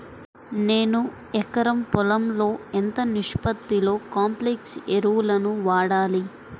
నేను ఎకరం పొలంలో ఎంత నిష్పత్తిలో కాంప్లెక్స్ ఎరువులను వాడాలి?